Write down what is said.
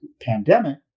pandemic